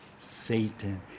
Satan